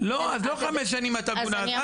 אז לא חמש שנים את עגונה.